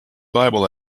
bible